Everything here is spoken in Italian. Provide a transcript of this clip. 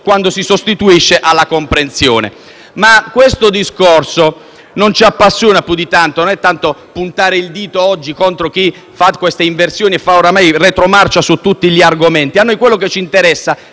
quando si sostituisce alla comprensione. Questo discorso però non ci appassiona più di tanto; non si tratta di puntare il dito contro chi fa queste inversioni e fa retromarcia su tutti gli argomenti; a noi interessa